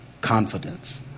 confidence